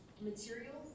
materials